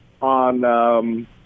on